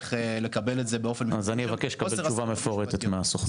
צריך לקבל את זה באופן --- אז אני מבקש תשובה מפורטת מהסוכנות.